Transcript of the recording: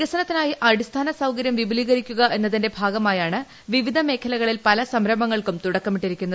വികസനത്തിനായി അടിസ്ഥാന സൌക രൃം വിപുലീകരിക്കുക എന്നതിന്റെ ഭാഗമായാണ് വിവിധ മേഖലക ളിൽ പല സംരംഭങ്ങൾക്കും തുടക്കമിട്ടിരിക്കുന്നത്